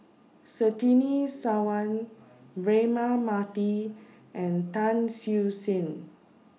Surtini Sarwan Braema Mathi and Tan Siew Sin